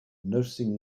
noticing